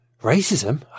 Racism